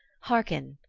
harken,